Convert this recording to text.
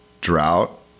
drought